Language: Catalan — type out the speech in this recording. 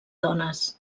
dones